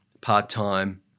part-time